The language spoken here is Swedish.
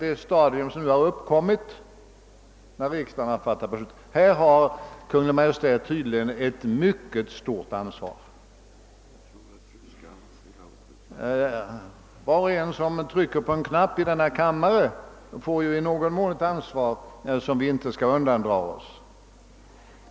Var och en av oss som trycker på en voteringsknapp i denna kammare får i någon mån ett ansvar, som vi inte skall undandra oss.